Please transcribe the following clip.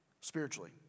Spiritually